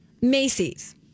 Macy's